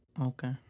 Okay